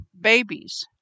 babies